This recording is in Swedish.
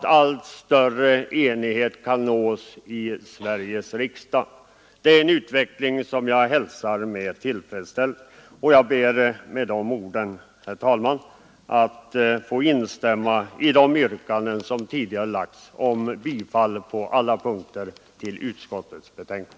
allt större enighet kan nås i Sveriges riksdag om det reformarbete som här pågår i etapper. Det är en utveckling som jag hälsar med tillfredsställelse. Jag ber med dessa ord, herr talman, att få instämma i de yrkanden som tidigare ställts om bifall till utskottets hemställan på alla punkter.